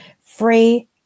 free